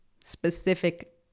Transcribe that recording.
specific